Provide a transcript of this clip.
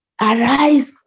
arise